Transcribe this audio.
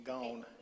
Gone